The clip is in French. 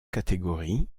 catégorie